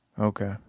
Okay